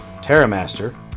Terramaster